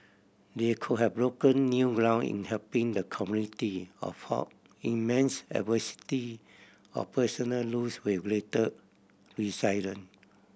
they could have broken new ground in helping the community or fought immense adversity or personal loss with great resilience